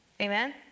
Amen